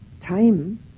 Time